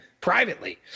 privately